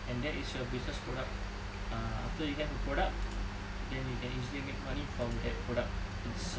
and that is your business product ah after you have a product then you can easily make money from that product it's a